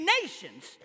nations